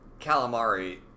calamari